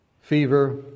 fever